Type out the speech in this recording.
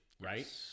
right